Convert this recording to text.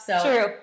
true